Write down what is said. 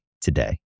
today